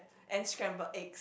and scrambled eggs